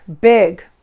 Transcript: big